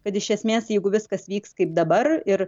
kad iš esmės jeigu viskas vyks kaip dabar ir